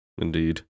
Indeed